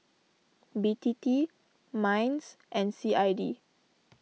B T T Minds and C I D